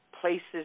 places